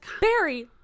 Barry